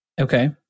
Okay